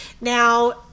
now